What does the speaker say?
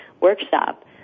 workshop